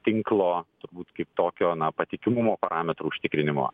tinklo turbūt kaip tokio na patikimumo parametrų užtikrinimo